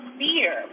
fear